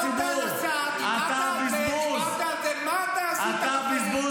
אתה בזבוז, אתה בזבוז